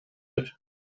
der